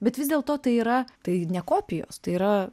bet vis dėlto tai yra tai ne kopijos tai yra